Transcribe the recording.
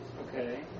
okay